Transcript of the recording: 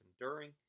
enduring